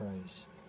Christ